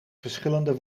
verschillende